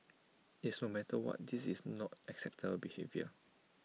yes no matter what this is not acceptable behaviour